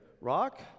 rock